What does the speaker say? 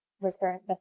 recurrent